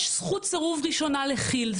בחוק הזה יש זכות סירוב ראשונה לכי"ל.